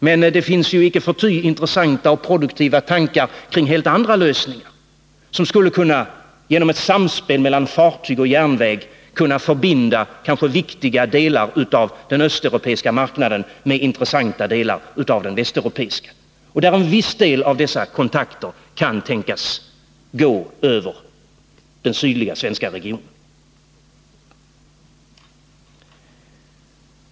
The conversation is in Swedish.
Men det finns icke förty intressanta 9 november 1981 och produktiva tankar kring helt andra lösningar, där man genom ett samspel mellan fartyg och järnväg skulle kunna förbinda viktiga delar av den östeuropeiska marknaden med intressanta delar av den västeuropeiska, och där en viss del av dessa kontakter kan tänkas gå över den sydliga svenska regionen.